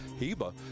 Heba